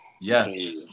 Yes